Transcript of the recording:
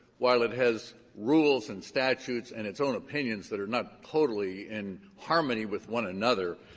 while it has rules and statutes and its own opinions that are not totally in harmony with one another,